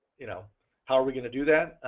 you know how are we going to do that?